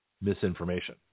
misinformation